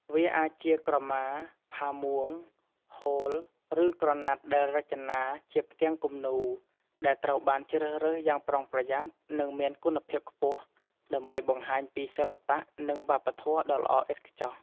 វាអាចជាក្រមា ផាមួង ហូល ឬក្រណាត់ដែលរចនាជាផ្ទាំងគំនូរ ដែលត្រូវបានជ្រើសរើសយ៉ាងប្រុងប្រយ័ត្ន និងមានគុណភាពខ្ពស់ ដើម្បីបង្ហាញពីសិល្បៈ និងវប្បធម៌ដ៏ល្អឥតខ្ចោះ